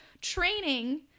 training